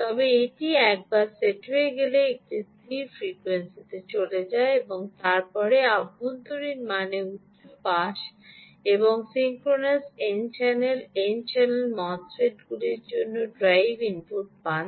তবে এটি একবার সেট হয়ে গেলে এটি স্থির ফ্রিকোয়েন্সি এ চলে যায়যা এর পরে অভ্যন্তরীণ মানে উচ্চ পাশ এবং synchronous N channel N channel মোসফিটগুলির জন্য ড্রাইভ আউটপুট পান